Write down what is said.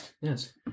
Yes